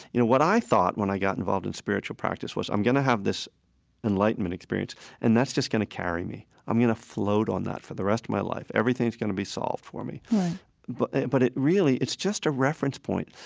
you know, what i thought when i got involved with and spiritual practice was i'm going to have this enlightenment experience and that's just going to carry me. i'm going to float on that for the rest of my life, everything is going to be solved for me but right but it really it's just a reference point.